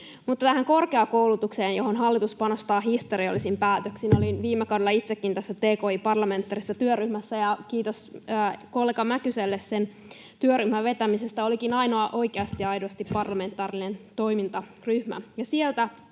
tähän korkeakoulutukseen, johon hallitus panostaa historiallisin päätöksin. Olin viime kaudella itsekin tässä parlamentaarisessa tki-työryhmässä, ja kiitos kollega Mäkyselle sen työryhmän vetämisestä — se olikin ainoa oikeasti ja aidosti parlamentaarinen toimintaryhmä.